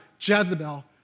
Jezebel